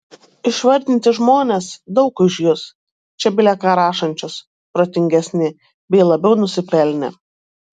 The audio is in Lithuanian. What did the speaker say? išvardinti žmonės daug už jus čia bile ką rašančius protingesni bei labiau nusipelnę